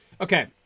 Okay